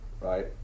right